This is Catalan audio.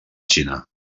xina